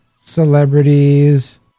celebrities